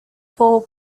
four